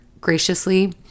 graciously